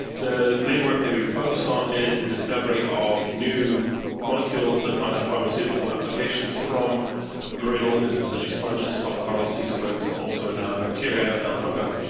the main work that we focus on is the discovery of new molecules that might have pharmaceutical applications from marine organisms such as sponges, soft coral, sea squirts, and also now bacteria and fungi.